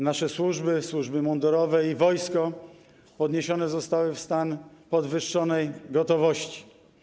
Nasze służby, służby mundurowe i wojsko postawione zostały w stan podwyższonej gotowości.